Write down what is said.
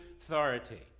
authority